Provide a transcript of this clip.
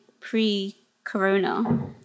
pre-corona